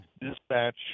dispatch